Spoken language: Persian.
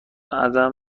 ازم